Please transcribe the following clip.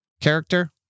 character